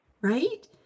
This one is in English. Right